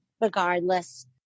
regardless